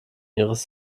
ihres